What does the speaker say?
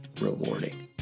rewarding